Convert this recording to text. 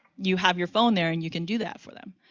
you have your phone there and you can do that for them.